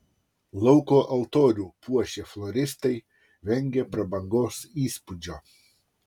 lauko altorių puošę floristai vengė prabangos įspūdžio